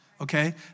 okay